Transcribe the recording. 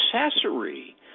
accessory